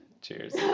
Cheers